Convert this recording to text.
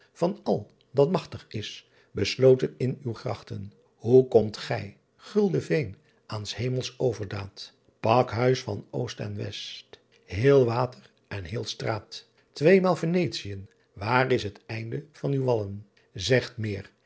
an al dat machtig is besloten in uw grachten oe komt gy gulde een aen s emels overdaed ackhuys van ost en est heel water en heel straet weemael enetien waer s t einde van uw wallen egt meer